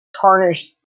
tarnished